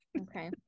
okay